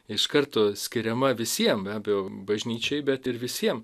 iš karto skiriama visiem be abejo bažnyčiai bet ir visiem